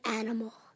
animal